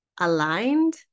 aligned